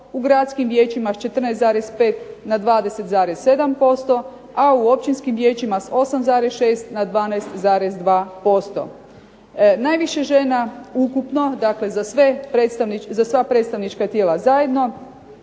u gradskim vijećima s 14,5 na 20,7%, a u općinskim vijećima s 8,6 na 12,2%. Najviše žena ukupno, dakle za sva predstavnička tijela zajedno